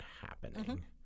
happening